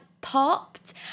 popped